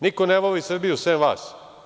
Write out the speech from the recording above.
Niko ne voli Srbiju sem vas?